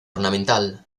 ornamental